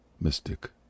mystic